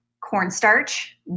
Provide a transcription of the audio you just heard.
cornstarch